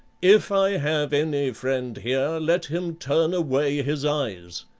if i have any friend here let him turn away his eyes!